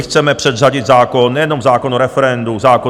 Chceme předřadit zákon nejenom zákon o referendu, zákon